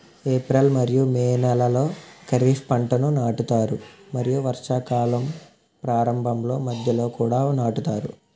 April మరియు May నెలలో ఖరీఫ్ పంటలను నాటుతారు మరియు వర్షాకాలం ప్రారంభంలో మధ్యలో కూడా నాటుతారు